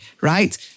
right